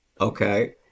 Okay